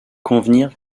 convenir